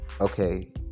okay